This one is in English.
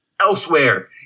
Elsewhere